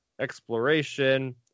exploration